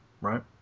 right